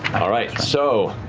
all right so,